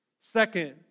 Second